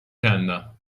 کندم